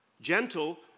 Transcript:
Gentle